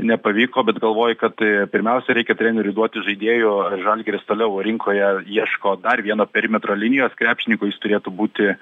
nepavyko bet galvoji kad a pirmiausia reikia treneriui duoti žaidėjų žalgiris toliau rinkoje ieško dar vieno perimetro linijos krepšininkų jis turėtų būti